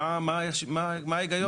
מה ההיגיון?